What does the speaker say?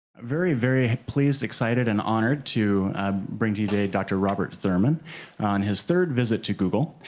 very, very pleased, excited, and honored to bring to you today dr. robert thurman on his third visit to google,